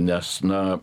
nes na